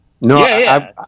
No